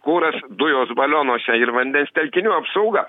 kuras dujos balionuose ir vandens telkinių apsauga